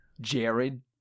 Jared